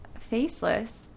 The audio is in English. faceless